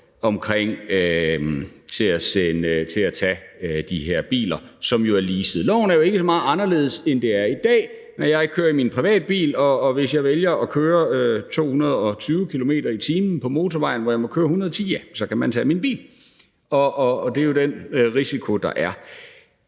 om at kunne tage de her biler, som jo er leasede. Lovforslaget er jo ikke så meget anderledes, end loven er i dag. Når jeg kører i min privatbil og jeg vælger at køre 220 km/t. på motorvejen, hvor jeg må køre 110 km/t., ja, så kan man tage min bil. Det er jo den risiko, der er.